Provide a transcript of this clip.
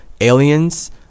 aliens